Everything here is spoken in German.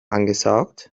angesaugt